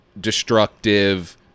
destructive